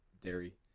dairy